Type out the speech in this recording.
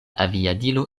aviadilo